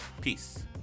peace